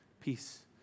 peace